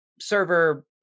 server